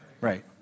Right